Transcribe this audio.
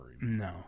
No